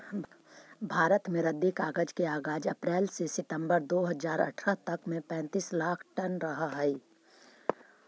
भारत में रद्दी कागज के आगाज अप्रेल से सितम्बर दो हज़ार अट्ठरह तक में पैंतीस लाख टन रहऽ हई